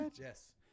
Yes